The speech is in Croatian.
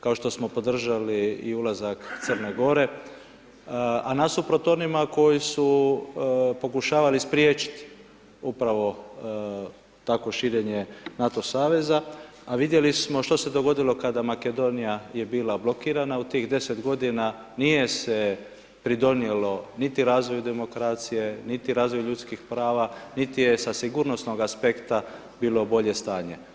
Kao što smo podržali i ulazak Crne Gore, a nasuprot onima koji su pokušavali spriječiti upravo takvo širenje NATO saveza, a vidjeli smo što se dogodilo kada Makedonija je bila blokirana u tih 10 godina, nije se pridonijelo niti razvoju demokracije, niti razvoju ljudskih prava, niti je sa sigurnosnog aspekta bilo bolje stanje.